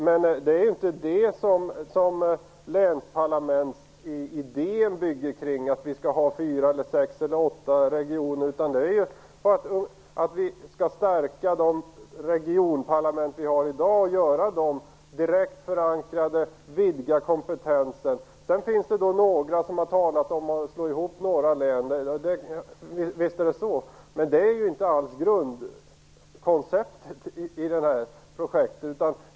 Men idén med länsparlament bygger ju inte på att vi skall ha fyra, sex eller åtta regioner, utan på att vi skall stärka de regionparlament vi har i dag, göra dem direkt förankrade och vidga kompetensen. Sedan finns det vissa som talat om att slå ihop några län. Visst är det så, men det är ju inte alls grundkonceptet i det här projektet.